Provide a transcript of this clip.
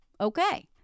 okay